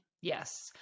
Yes